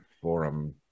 forum